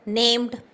named